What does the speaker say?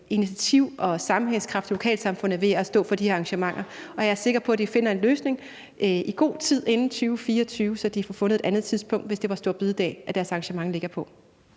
initiativ og sammenhængskraft i lokalsamfundet ved at stå for de her arrangementer, og jeg er sikker på, at de finder en løsning i god tid inden 2024, så de får fundet et andet tidspunkt, hvis det er store bededag, deres arrangement ligger på.